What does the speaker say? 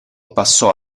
passò